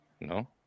No